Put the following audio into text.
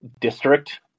district